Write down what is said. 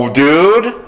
dude